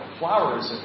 flowers